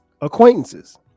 Acquaintances